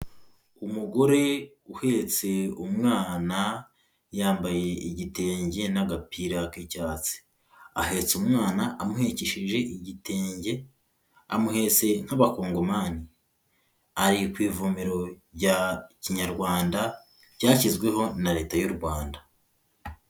Umugore uhetse umwana, yambaye igitenge n'agapira k'icyatsi, ahetse umwana amuhekesheje igitenge, amuhetse nk'abakongomani, ari ku ivomero rya kinyarwanda, ryashyizweho na Leta y'u Rwanda.